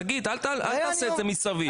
תגיד אל תעשה את זה מסביב.